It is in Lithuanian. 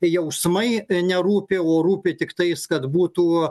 jausmai nerūpi o rūpi tiktais kad būtų